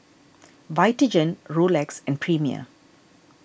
Vitagen Rolex and Premier